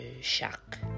shock